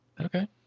Okay